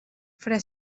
fra